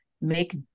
make